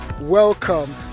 welcome